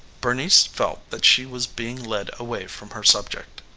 bernice felt that she was being led away from her subject.